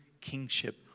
kingship